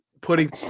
putting